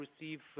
receive